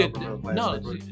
no